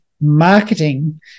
marketing